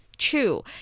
True